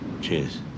Cheers